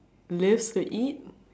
live to eat